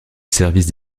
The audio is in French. service